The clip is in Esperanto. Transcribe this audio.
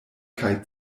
kaj